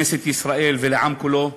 לכנסת ישראל ולעם כולו.